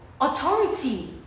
authority